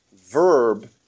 verb